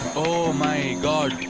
oh my god!